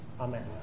Amen